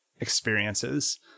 experiences